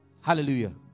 Hallelujah